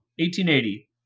1880